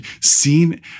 seen